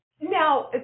Now